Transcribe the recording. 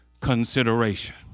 consideration